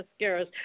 mascaras